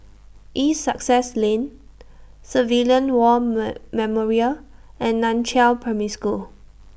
East Sussex Lane Civilian War Memorial and NAN Chiau Primary School